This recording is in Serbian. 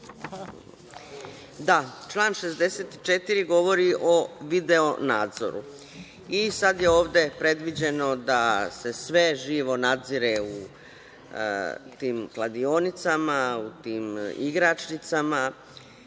Član 64. govori o video nadzoru. I sad je ovde predviđeno da se sve živo nadzire u tim kladionicama, u tim igračnicama.